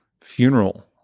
funeral